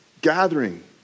gathering